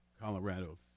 Colorado